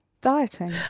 Dieting